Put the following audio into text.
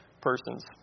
persons